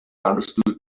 understood